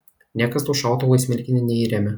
niekas tau šautuvo į smilkinį neįremia